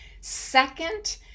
Second